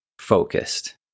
focused